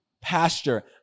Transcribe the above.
pasture